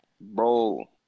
Bro